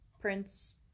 prince